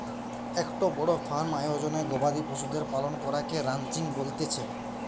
একটো বড় ফার্ম আয়োজনে গবাদি পশুদের পালন করাকে রানচিং বলতিছে